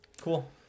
Cool